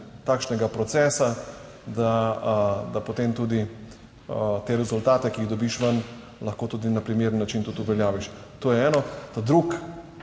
takšnega procesa, da potem tudi te rezultate, ki jih dobiš ven, lahko tudi na primeren način tudi uveljaviš. To je eno. Drug